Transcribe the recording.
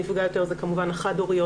מי שנפגע יותר זה כמובן החד הוריות.